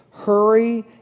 Hurry